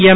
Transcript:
M